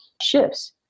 shifts